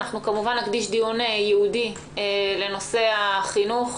אנחנו כמובן נקדיש דיון ייעודי לנושא החינוך,